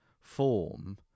form